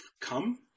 come